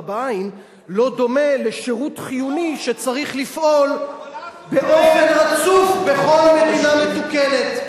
בעין לא דומה לשירות חיוני שצריך לפעול באופן רצוף בכל מדינה מתוקנת.